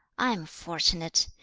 i am fortunate!